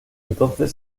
entonces